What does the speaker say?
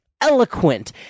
Eloquent